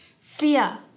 fear